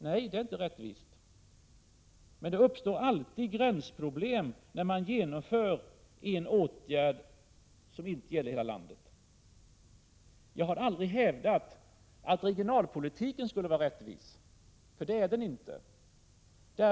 Nej, det är inte rättvist. Men det uppstår alltid gränsproblem när man genomför en åtgärd som inte gäller hela landet. Jag har aldrig hävdat att regionalpolitiken skulle vara rättvis, för det är den inte.